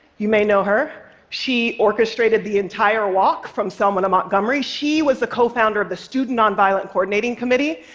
you may know her. she orchestrated the entire walk from selma to montgomery. she was a cofounder of the student nonviolent coordinating committee,